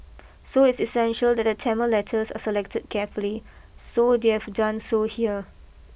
so it's essential that the Tamil letters are selected carefully so they've done so here